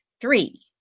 Three